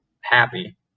happy